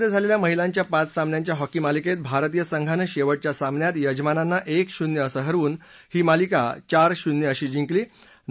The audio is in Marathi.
मलेशियामध्ये झालेल्या महिलांच्या पाच सामन्यांच्या हॉकी मालिकेत भारतीय संघानं शेवटच्या सामन्यात यजमानांना एक शून्य असं हरवून ही मालिका चार शून्य अशी जिंकली